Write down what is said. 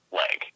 leg